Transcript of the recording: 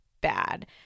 bad